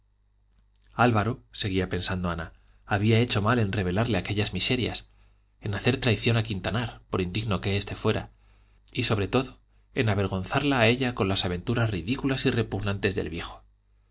juventud álvaro seguía pensando ana había hecho mal en revelarle aquellas miserias en hacer traición a quintanar por indigno que este fuera y sobre todo en avergonzarla a ella con las aventuras ridículas y repugnantes del viejo